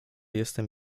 jestem